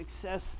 success